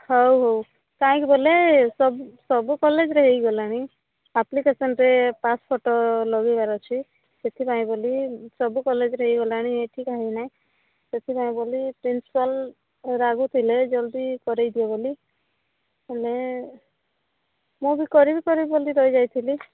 ହଉ ହଉ କାଇଁକି ବୋଲେ ସବୁ ସବୁ କଲେଜ୍ରେ ହେଇଗଲାଣି ଆପ୍ଲିକେସନ୍ରେ ପାସ୍ ଫଟୋ ଲଗାଇବାର ଅଛି ସେଥିପାଇଁ ବୋଲି ସବୁ କଲେଜ୍ରେ ହେଇଗଲାଣି ଏଇଠି କାଇଁକି ନାହିଁ ସେଥିପାଇଁ ବୋଲି ପ୍ରିନ୍ସିପାଲ୍ ରାଗୁଥିଲେ ଜଲଦି କରାଇଦିଅ ବୋଲି ହେଲେ ମୁଁ ବି କରିବି କରିବି ବୋଲି ରହିଯାଇଥିଲି